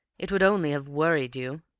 it would only have worried you.